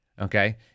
Okay